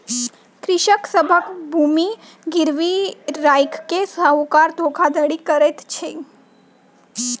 कृषक सभक भूमि गिरवी राइख के साहूकार धोखाधड़ी करैत अछि